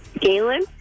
Galen